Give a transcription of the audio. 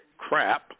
Crap